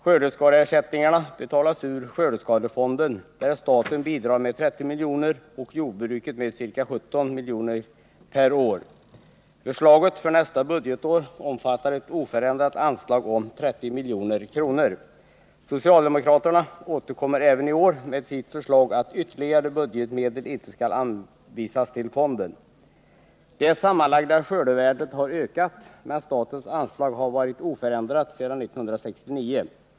Skördeskadeersättningarna betalas ur skördeskadefonden, där staten bidrar med 30 miljoner och jordbruket med ca 17 miljoner per år. Förslaget för nästa budgetår omfattar ett oförändrat anslag om 30 milj.kr. Socialdemokraterna återkommer även i år med sitt förslag att ytterligare budgetmedel inte skall anvisas till fonden. Det sammanlagda skördevärdet har ökat, men statens anslag har varit oförändrat sedan 1969.